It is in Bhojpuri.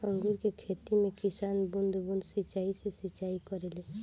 अंगूर के खेती में किसान बूंद बूंद सिंचाई से सिंचाई करेले